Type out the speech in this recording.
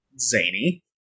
zany